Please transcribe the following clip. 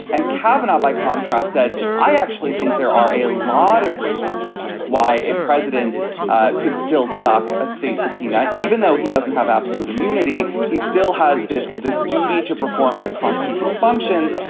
and kavanaugh, by contrast, says, i actually think there are a lot of reasons why a president ah could still dock a state subpoena, even though he doesn't have absolute immunity. he still has this this duty to perform his constitutional functions.